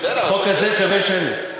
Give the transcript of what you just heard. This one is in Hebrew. אז בסדר, החוק הזה שווה שמית.